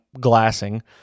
glassing